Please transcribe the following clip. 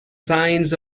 signs